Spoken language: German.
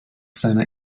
seiner